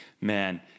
Man